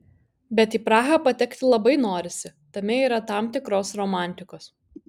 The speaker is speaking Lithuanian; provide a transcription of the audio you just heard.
bet į prahą patekti labai norisi tame yra tam tikros romantikos